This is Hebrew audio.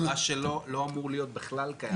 היא אמרה שלא אמור להיות בכלל קיים.